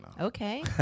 Okay